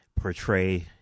portray